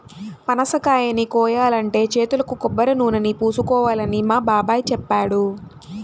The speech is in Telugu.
పనసకాయని కోయాలంటే చేతులకు కొబ్బరినూనెని పూసుకోవాలని మా బాబాయ్ చెప్పాడు